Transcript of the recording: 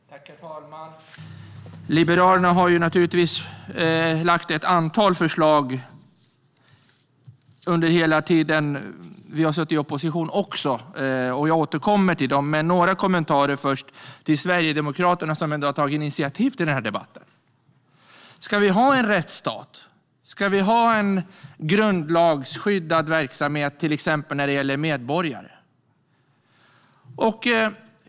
Herr talman! Liberalerna har naturligtvis lagt fram ett antal förslag också under hela den tid vi har suttit i opposition. Jag återkommer till dem men har först några kommentarer till Sverigedemokraterna, som i dag har tagit initiativ till denna debatt. Ska vi ha en rättsstat? Ska vi ha en grundlagsskyddad verksamhet, till exempel när det gäller medborgare?